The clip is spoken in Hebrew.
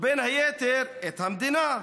ובין היתר את המדינה.